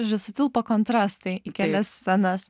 žodžiu sutilpo kontrastai į kelias scenas